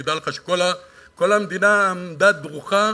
ותדע לך שכל המדינה עמדה דרוכה